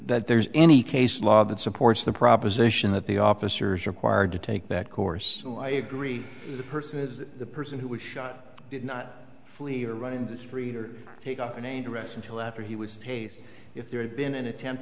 there's any case law that supports the proposition that the officers required to take that course i agree the person is the person who was shot did not flee or right in the street or take off in a direction till after he was tasty if there had been an attempt